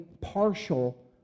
partial